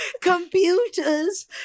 computers